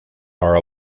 are